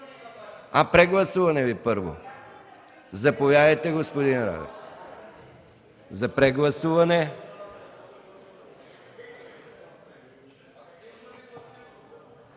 Прегласуване ли първо? Заповядайте, господин Радев, за прегласуване.